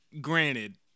granted